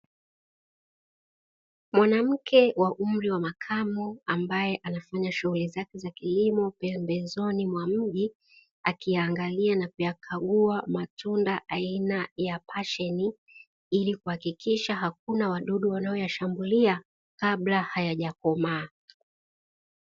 Mwanamke wa umri wa makamu ambaye anafanya shughuli zake za kilimo pembezoni mwa mji, akiyaangalia na kuyakagua matunda aina ya pasheni ili kuhakikisha hakuna wadudu wanayoyashambulia, kabla hayajakomaa.